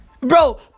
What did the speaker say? Bro